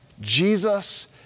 Jesus